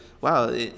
wow